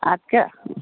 اَدٕ کیٛاہ